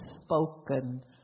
spoken